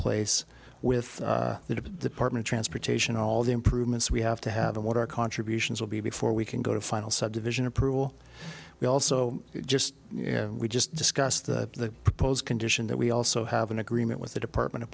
place with the department transportation all the improvements we have to have of what our contributions will be before we can go to final subdivision approval we also just you know we just discussed the proposed condition that we also have an agreement with the department of